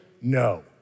No